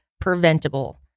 preventable